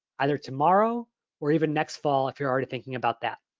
either tomorrow or even next fall if you're already thinking about that.